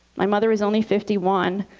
my mother was only fifty one.